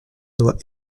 doit